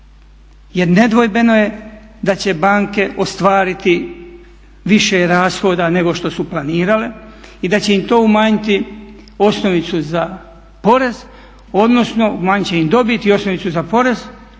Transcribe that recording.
Jer nedvojbeno je da će banke ostvariti više rashoda nego što su planirale i da će im to umanjiti osnovicu za porez, odnosno umanjiti će im dobit i osnovicu za porez,